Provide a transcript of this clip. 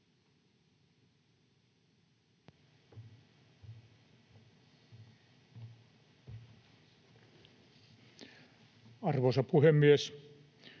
Arvoisa puhemies!